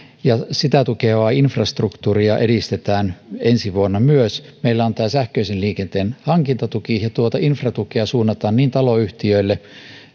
ja sitä tukevaa infrastruktuuria edistetään myös ensi vuonna meillä on tämä sähköisen liikenteen hankintatuki ja tuota infratukea suunnataan niin taloyhtiöille